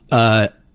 a